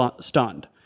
stunned